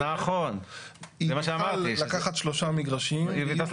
היא תוכל לקחת שלושה מגרשים --- נכון,